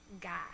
guy